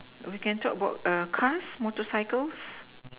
we can talk about err cars motorcycles